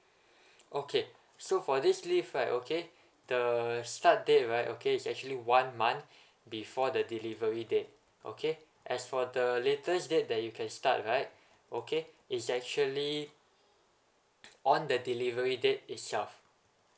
okay so for this leave right okay the start date right okay is actually one month before the delivery date okay as for the latest date that you can start right okay it's actually on the delivery date itself